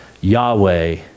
Yahweh